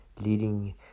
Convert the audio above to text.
leading